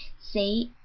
say,